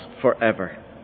forever